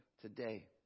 today